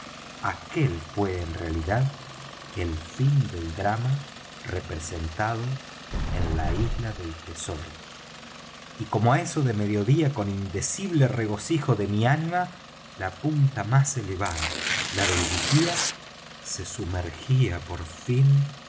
aquel fué en realidad el fin del drama representado en la isla del tesoro y como á eso de mediodía con indecible regocijo de mi ánima la punta más elevada la del vigía se sumergía por fin